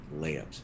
layups